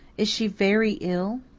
is she very ill?